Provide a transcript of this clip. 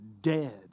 dead